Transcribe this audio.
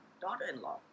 daughter-in-law